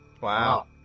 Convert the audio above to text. Wow